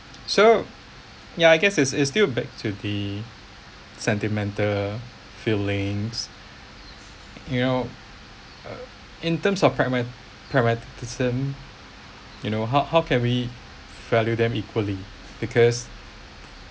so yeah I guess it's it's still back to the sentimental feelings you know uh in terms of pragma~ pragmatism you know how how can we value them equally because